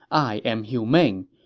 i am humane.